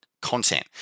Content